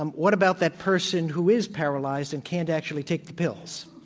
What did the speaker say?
um what about that person who is paralyzed and can't actually take the pills?